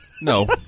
No